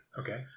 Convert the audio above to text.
Okay